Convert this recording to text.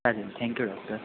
चालेल thank you doctor